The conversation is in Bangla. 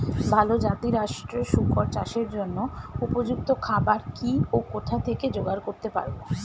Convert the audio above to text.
ভালো জাতিরাষ্ট্রের শুকর চাষের জন্য উপযুক্ত খাবার কি ও কোথা থেকে জোগাড় করতে পারব?